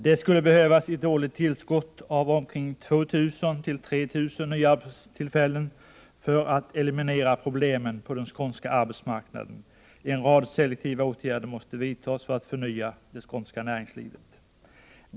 Det skulle behövas ett årligt tillskott av 2 000-3 000 nya arbetstillfällen för att eliminera problemen på den skånska arbetsmarknaden. En rad selektiva åtgärder måste vidtas för att förnya det skånska näringslivet.